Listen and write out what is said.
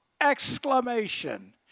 exclamation